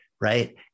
Right